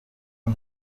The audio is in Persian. اون